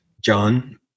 John